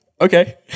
okay